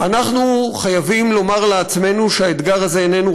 אנחנו חייבים לומר לעצמנו שהאתגר הזה איננו